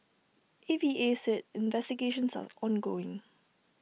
A V A said investigations are ongoing